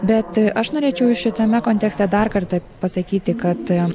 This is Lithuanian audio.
bet aš norėčiau šitame kontekste dar kartą pasakyti kad